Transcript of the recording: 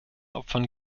opfern